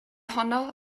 honno